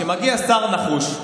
כשמגיע שר נחוש,